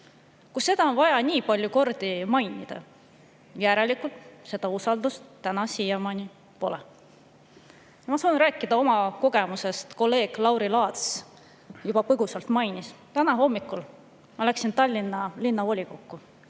Kui seda on vaja nii palju kordi mainida, järelikult seda usaldust siiamaani pole olnud. Ma saan rääkida oma kogemusest, kolleeg Lauri Laats juba seda põgusalt mainis. Täna hommikul ma läksin Tallinna Linnavolikokku,